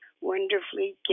wonderfully